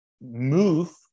move